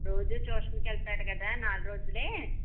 రోజూ ట్యూషన్కి వెళ్తాడు కదా నాలుగు రోజులే